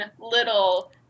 little